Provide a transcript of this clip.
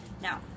now